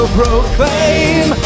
proclaim